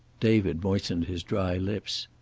david moistened his dry lips.